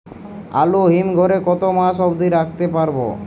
আলু হিম ঘরে কতো মাস অব্দি রাখতে পারবো?